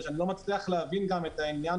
אני גם לא מצליח להבין את העניין